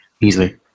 easily